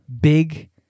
big